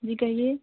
जी कहिए